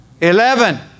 Eleven